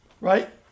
right